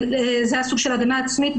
שזה היה סוג של הגנה עצמית,